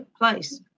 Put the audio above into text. place